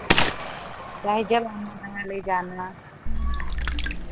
चाहे जब आना दवा ले जाना